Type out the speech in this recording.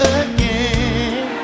again